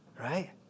right